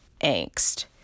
angst